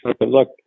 Look